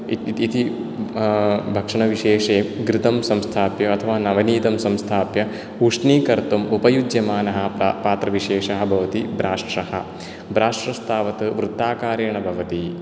इत् इतिति भक्षणविशेषे घृतं संस्थाप्य अथवा नवनीतं संस्थाप्य उष्णीकर्तुम् उपयुज्यमानः पा पात्रविशेषः भवति ब्राष्ट्रः ब्राष्ट्रस्तावत् वृत्ताकारेण भवति